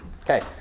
Okay